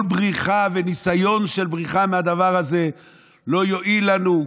כל בריחה וניסיון של בריחה מהדבר הזה לא יועיל לנו,